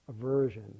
aversion